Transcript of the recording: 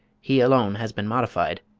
he alone has been modified,